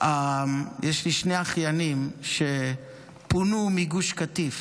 יש לי שני אחיינים שפונו מגוש קטיף,